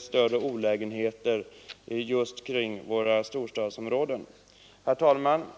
större olägenheter än förvärvsavdraget täcker, speciellt ute i våra storstadsområden. Herr talman!